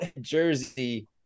jersey